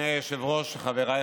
למשרד ממשלתי,